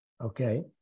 okay